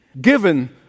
given